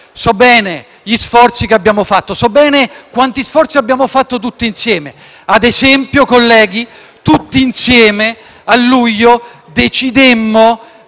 bene gli sforzi che abbiamo compiuto; so bene quanti sforzi abbiamo fatto tutti insieme. Ad esempio, colleghi, tutti insieme, a luglio, decidemmo